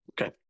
Okay